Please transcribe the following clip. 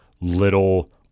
little